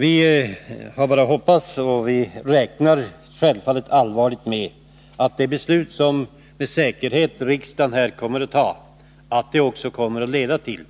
Vi har bara att hoppas — och det räknar vi självfallet allvarligt med — att det beslut som riksdagen nu kommer att fatta också skall leda till